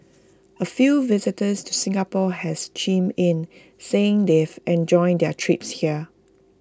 A few visitors to Singapore has chimed in saying they've enjoyed their trips here